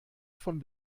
von